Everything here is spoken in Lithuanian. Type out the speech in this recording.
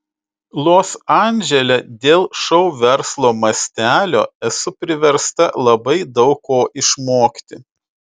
los andžele dėl šou verslo mastelio esu priversta labai daug ko išmokti